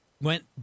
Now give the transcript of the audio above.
went